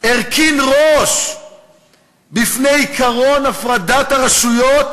הרכין ראש בפני עקרון הפרדת הרשויות,